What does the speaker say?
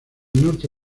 norte